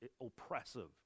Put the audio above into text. oppressive